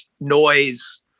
noise